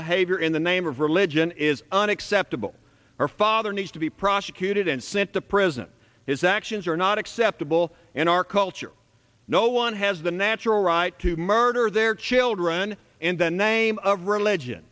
behavior in the name of religion is unacceptable our father needs to be prosecuted and sent to prison his actions are not acceptable in our culture no one has the natural right to murder their children in the name of religion